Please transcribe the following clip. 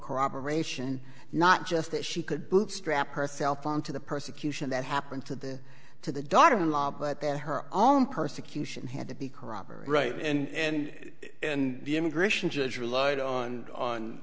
corroboration not just that she could bootstrap herself onto the persecution that happened to the to the daughter in law but that her own persecution had to be corroborated and in the immigration judge relied on on